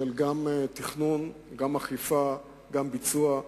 גם של תכנון, גם אכיפה וגם ביצוע.